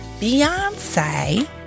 Beyonce